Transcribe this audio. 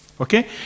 Okay